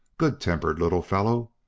good-tempered little fellow,